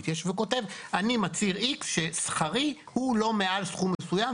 והוא כותב: אני מצהיר X ששכרי הוא לא מעל סכום מסוים,